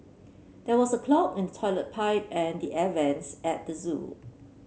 there was a clog in toilet pipe and the air vents at the zoo